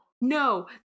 No